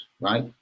right